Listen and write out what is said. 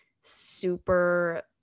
super